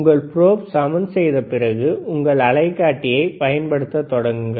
உங்கள் ப்ரோபை சமன் செய்த பிறகு உங்கள் அலைக்காட்டியை பயன்படுத்தத் தொடங்குங்கள்